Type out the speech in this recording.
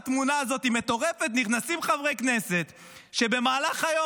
התמונה הזאת מטורפת: נכנסים חברי כנסת שבמהלך היום